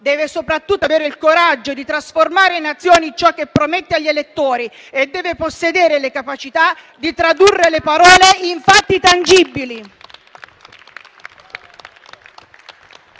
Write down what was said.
e soprattutto il coraggio di trasformare in azioni ciò che promette agli elettori, e deve possedere le capacità di tradurre le parole in fatti tangibili.